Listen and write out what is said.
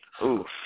Oof